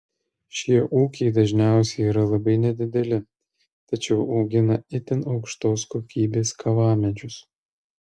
šie ūkiai dažniausiai yra labai nedideli tačiau augina itin aukštos kokybės kavamedžius